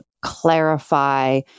clarify